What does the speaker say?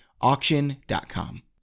Auction.com